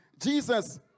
Jesus